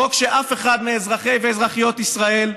חוק שאף אחד מאזרחי ואזרחיות ישראל,